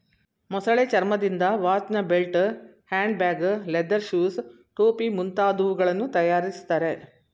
ಮೊಸಳೆ ಚರ್ಮದಿಂದ ವಾಚ್ನ belt, handbag, leather shoes, ಟೋಪಿ ಮುಂತಾದವುಗಳನ್ನು ತರಯಾರಿಸ್ತರೆ